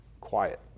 quiet